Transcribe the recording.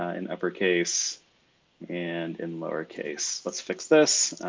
ah in uppercase and in lowercase. let's fix this.